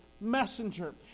messenger